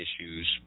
issues